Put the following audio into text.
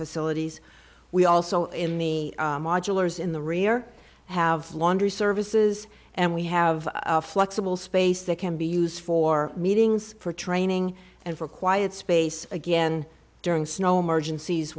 facilities we also in the modulars in the rear have laundry services and we have flexible space that can be used for meetings for training and for quiet space again during snow marg